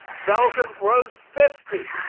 belgium grows fifty